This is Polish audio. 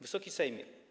Wysoki Sejmie!